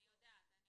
אני שואלת אותך באמת.